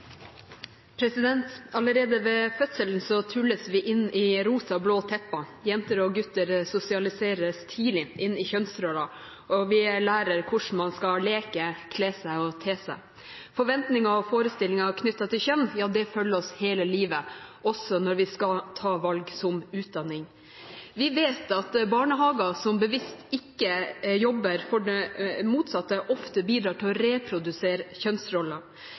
Allerede ved fødselen tulles vi inn i rosa og blå tepper. Jenter og gutter sosialiseres tidlig inn i kjønnsroller, og vi lærer hvordan man skal leke, kle seg og te seg. Forventninger og forestillinger knyttet til kjønn følger oss hele livet, også når vi skal ta valg om utdanning. Vi vet at barnehager som bevisst ikke jobber for det motsatte, ofte bidrar til å reprodusere